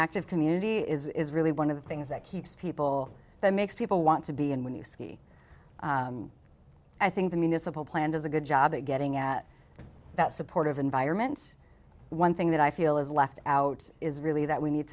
active community is really one of the things that keeps people that makes people want to be and when you ski i think the municipal plan does a good job of getting at that supportive environment one thing that i feel is left out is really that we need